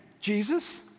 Jesus